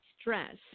stress